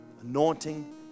anointing